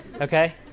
okay